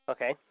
Okay